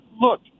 Look